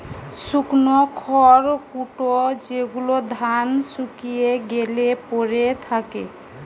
শুকনো খড়কুটো যেগুলো ধান শুকিয়ে গ্যালে পড়ে থাকে